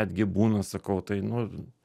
netgi būna sakau tai nu